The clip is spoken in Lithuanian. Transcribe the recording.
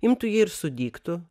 imtų jie ir sudygtų